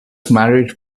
marriage